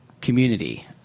community